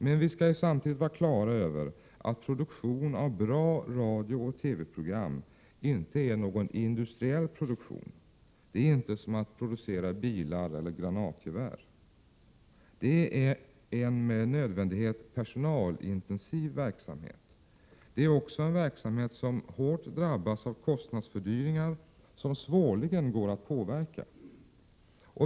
Men vi skall samtidigt vara på det klara med att produktion av bra radiooch TV-program inte är någon industriell produktion — det är inte som att producera bilar eller granatgevär. Det är en med nödvändighet personalintensiv verksamhet. Det är också en verksamhet som hårt drabbas av kostnadsfördyringar som svårligen går att påverka.